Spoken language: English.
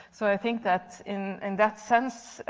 so i think that, in and that sense,